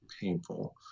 painful